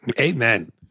Amen